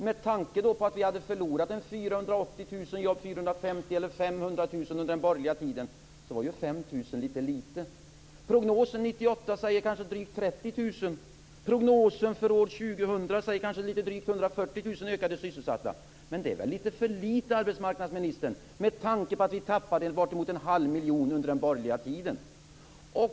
Med tanke på att vi hade förlorat 450 000 500 000 jobb under den borgerliga tiden är ju 5 000 litet. Prognosen för år 1998 är en ökning av antalet sysselsatta med drygt 30 000 och för år 2000 med drygt 140 000. Det är väl för litet, arbetsmarknadsministern, med tanke på att vi tappade bortemot en halv miljon under den borgerliga tiden.